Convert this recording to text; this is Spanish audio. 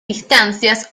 distancias